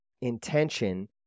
intention